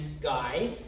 guy